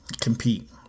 compete